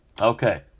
Okay